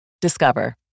Discover